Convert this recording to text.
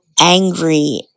angry